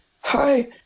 hi